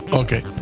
okay